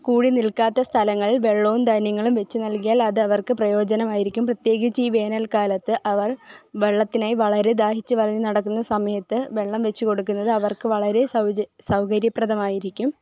കൂടി നില്ക്കാത്ത സ്ഥലങ്ങളില് വെള്ളവും ധാന്യങ്ങളും വെച്ചു നല്കിയാല് അത് അവര്ക്ക് പ്രയോജനമായിരിക്കും പ്രത്യേകിച്ച് ഈ വേനല്ക്കാലത്ത് അവര് വെള്ളത്തിനായി വളരെ ദാഹിച്ച് വലഞ്ഞു നടക്കുന്ന സമയത്ത് വെള്ളം വെച്ച് കൊടുക്കുന്നത് അവര്ക്ക് വളരെ സൗജ സൗകര്യപ്രദമായിരിക്കും